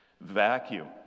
vacuum